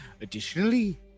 Additionally